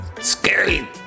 Scary